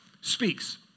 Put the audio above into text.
speaks